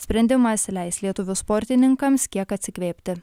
sprendimas leis lietuvių sportininkams kiek atsikvėpti